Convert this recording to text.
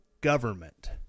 government